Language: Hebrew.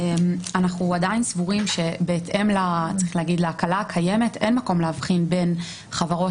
אנחנו עדיין סבורים שבהתאם להקלה הקיימת אין מקום להבחין בין חברות